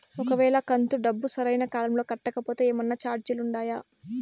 ఒక వేళ కంతు డబ్బు సరైన కాలంలో కట్టకపోతే ఏమన్నా చార్జీలు ఉండాయా?